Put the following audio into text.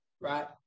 right